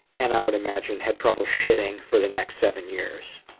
and, i would imagine, had trouble shitting for the next seven years.